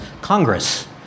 Congress